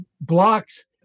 blocks